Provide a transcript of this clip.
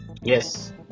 Yes